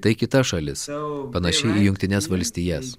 tai kita šalis panaši į jungtines valstijas